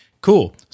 Cool